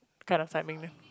kind of timing